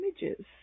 images